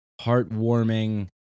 heartwarming